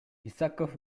исаков